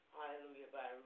Hallelujah